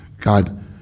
God